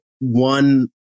one